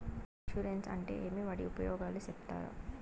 Insurance అంటే ఏమి? వాటి ఉపయోగాలు సెప్తారా?